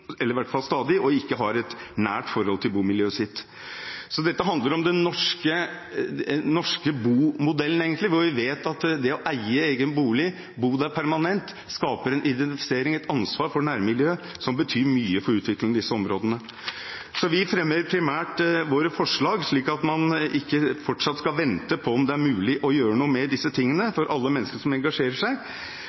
og ikke har et nært forhold til bomiljøet sitt. Dette handler egentlig om den norske bomodellen: Vi vet at det å eie egen bolig og bo der permanent skaper en identifisering og et ansvar for nærmiljøet som betyr mye for utviklingen i disse områdene. Vi fremmer primært våre forslag, slik at man ikke fortsatt skal vente på om det er mulig å gjøre noe med disse tingene for alle menneskene som engasjerer seg.